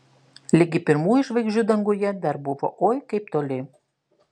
ligi pirmųjų žvaigždžių danguje dar buvo oi kaip toli